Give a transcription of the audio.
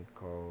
called